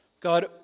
God